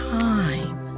time